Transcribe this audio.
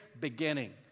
beginning